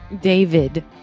David